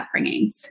upbringings